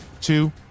two